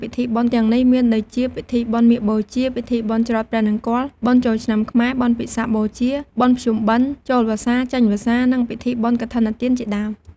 ពិធីបុណ្យទាំងនេះមានដូចជា ពិធីបុណ្យមាឃបូជា ពីធីបុណ្យច្រត់ព្រះនង្គ័ល បុណ្យចូលឆ្នាំខ្មែរ បុណ្យពិសាខបូជា បុណ្យភ្នំបិណ្ឌ ចូលវស្សា ចេញវស្សា និងពិធីបុណ្យកឋិនទានជាដើម។